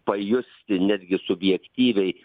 pajusti netgi subjektyviai